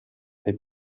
fai